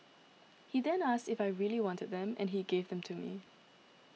he then asked if I really wanted them and he gave them to me